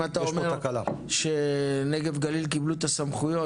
אם אתה אומר שנגב גליל קיבלו את הסמכויות,